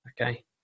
Okay